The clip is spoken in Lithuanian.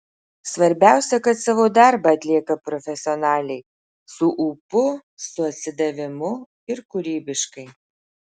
svarbiausia kad savo darbą atlieka profesionaliai su ūpu su atsidavimu ir kūrybiškai